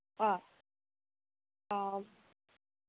অ অ